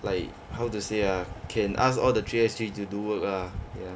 like how to say ah can ask all the three S_G to do work ah ya